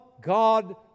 God